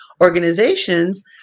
organizations